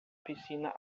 piscina